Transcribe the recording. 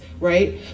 right